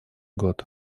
год